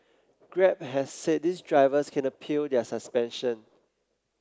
grab has said these drivers can appeal their suspension